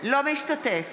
אינו משתתף